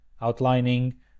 outlining